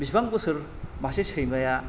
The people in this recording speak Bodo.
बेसिबां बोसोर मासे सैमाया